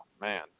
man